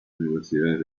universidades